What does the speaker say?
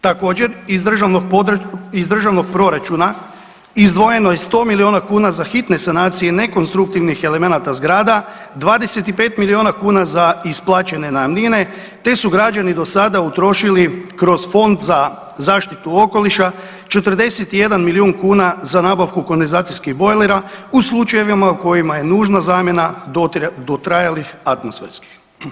Također, iz državnog proračuna izdvojeno je 100 milijuna kuna za hitne sanacije nekonstruktivnih elemenata zgrada, 25 milijuna kuna za isplaćene najamnine, te su građani do sada utrošili kroz Fond za zaštitu okoliša 41 milijun kuna za nabavku kondenzacijskih bojlera u slučajevima u kojima je nužna zamjena dotrajalih atmosferskih.